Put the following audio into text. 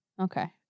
Okay